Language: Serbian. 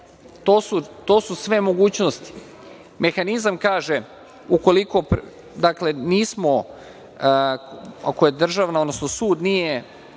to su sve mogućnosti. Mehanizam kaže ukoliko, dakle, nismo, ako država, odnosno sud nije